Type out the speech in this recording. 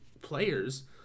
players